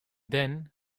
then